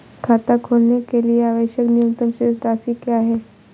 खाता खोलने के लिए आवश्यक न्यूनतम शेष राशि क्या है?